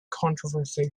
controversy